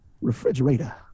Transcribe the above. refrigerator